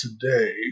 today